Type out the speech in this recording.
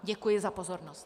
Děkuji za pozornost.